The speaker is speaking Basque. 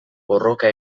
borroka